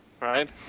right